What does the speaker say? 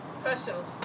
professionals